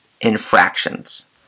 infractions